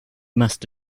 must